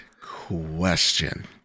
question